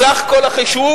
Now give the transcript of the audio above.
בסך כל החישוב,